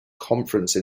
conference